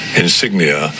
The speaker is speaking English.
insignia